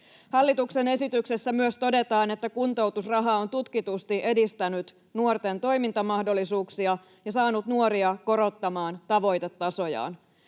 Hallituksen esityksessä myös todetaan, että kuntoutusraha on tutkitusti edistänyt nuorten toimintamahdollisuuksia ja saanut nuoria korottamaan tavoitetasojaan.